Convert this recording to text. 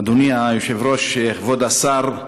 אדוני היושב-ראש, כבוד השר,